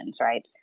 right